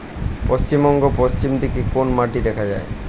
পশ্চিমবঙ্গ পশ্চিম দিকে কোন মাটি দেখা যায়?